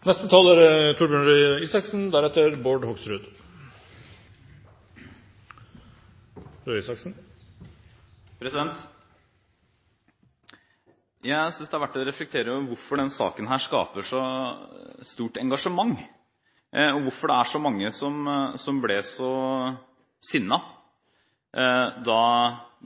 Jeg synes det er verdt å reflektere over hvorfor denne saken skaper så stort engasjement, og hvorfor så mange ble så sinte da